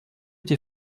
des